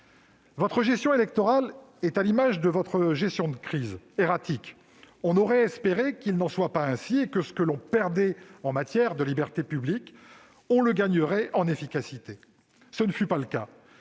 Votre gestion électorale est à l'image de votre gestion de crise : erratique. On aurait espéré qu'il n'en soit pas ainsi et que ce que l'on perdait en matière de libertés publiques, on le gagnerait en efficacité ; ce ne fut pas le cas.